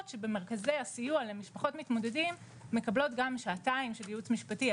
שבמרכזי סיוע למשפחות מתמודדים מקבלות גם שעתיים בשבוע של יעוץ משפטי,